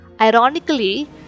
ironically